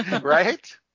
Right